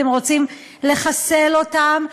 אתם רוצים לחסל אותן,